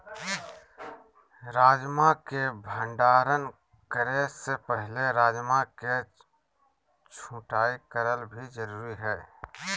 राजमा के भंडारण करे से पहले राजमा के छँटाई करना भी जरुरी हय